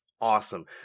awesome